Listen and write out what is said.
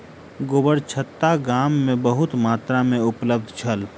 गोबरछत्ता गाम में बहुत मात्रा में उपलब्ध छल